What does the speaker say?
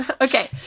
Okay